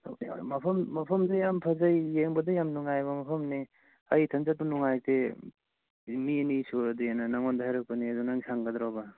ꯃꯐꯝꯗꯨ ꯌꯥꯝ ꯐꯖꯩ ꯌꯦꯡꯕꯗ ꯌꯥꯝ ꯅꯨꯡꯉꯥꯏꯕ ꯃꯐꯝꯅꯤ ꯑꯩ ꯏꯊꯟꯗ ꯆꯠꯄ ꯅꯨꯡꯉꯥꯏꯇꯦ ꯃꯤ ꯑꯅꯤ ꯁꯨꯔꯗꯤ ꯍꯥꯏꯅ ꯅꯉꯣꯟꯗ ꯍꯥꯏꯔꯛꯄꯅꯦ ꯑꯗꯣ ꯅꯪ ꯁꯪꯒꯗ꯭ꯔꯣꯕ